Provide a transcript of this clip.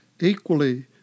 Equally